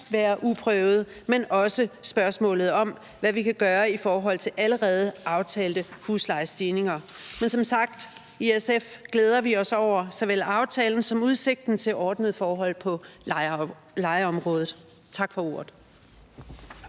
være uprøvet, men også spørgsmålet om, hvad vi kan gøre i forhold til allerede aftalte huslejestigninger. Men som sagt glæder vi os i SF over såvel aftalen som udsigten til ordnede forhold på lejeområdet. Tak for ordet.